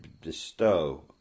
bestow